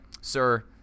sir